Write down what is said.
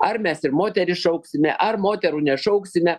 ar mes ir moteris šauksime ar moterų nešauksime